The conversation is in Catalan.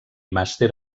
màster